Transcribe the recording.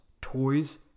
toys